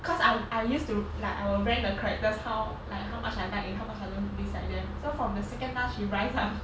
cause I I used to like I'll rank the characters how like how much I like and how much I don't dislike them so from the second last she rise lah